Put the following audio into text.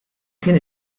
kien